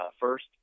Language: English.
first